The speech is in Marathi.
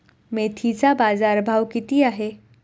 मेथीचा बाजारभाव किती आहे?